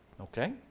Okay